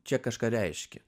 čia kažką reiškia